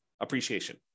appreciation